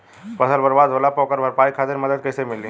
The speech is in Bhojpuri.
फसल बर्बाद होला पर ओकर भरपाई खातिर मदद कइसे मिली?